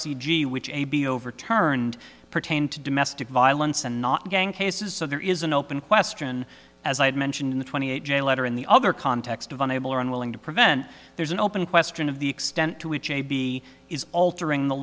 g which may be overturned pertained to domestic violence and not gang cases so there is an open question as i mentioned in the twenty eight day letter in the other context of unable or unwilling to prevent there's an open question of the extent to which a b is altering the